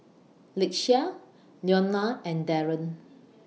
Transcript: Lakeshia Leona and Daron